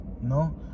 ¿no